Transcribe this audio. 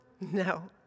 No